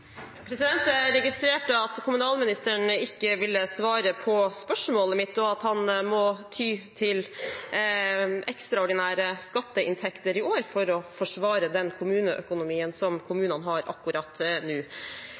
Jeg registrerte at kommunalministeren ikke ville svare på spørsmålet mitt, og at han må ty til ekstraordinære skatteinntekter i år for å forsvare den kommuneøkonomien som kommunene har akkurat nå.